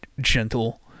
gentle